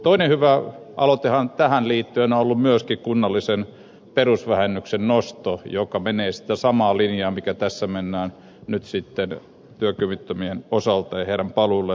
toinen hyvä aloitehan tähän liittyen on ollut myöskin kunnallisen perusvähennyksen nosto joka menee sitä samaa linjaa mitä tässä mennään nyt sitten työkyvyttömien osalta heidän paluulleen takaisin työmarkkinoille